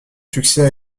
succès